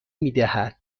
میدهد